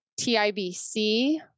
TIBC